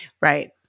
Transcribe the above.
Right